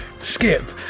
Skip